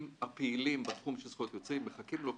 מזהים בעל זכויות יוצרים אנחנו תורמים את הידע הזה לעולם